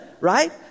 right